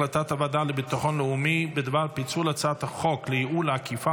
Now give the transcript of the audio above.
הצעת הוועדה לביטחון לאומי בדבר פיצול הצעת חוק לייעול האכיפה